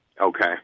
okay